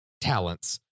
talents